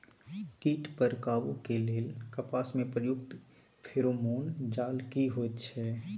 कीट पर काबू के लेल कपास में प्रयुक्त फेरोमोन जाल की होयत छै?